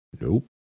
Nope